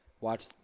watch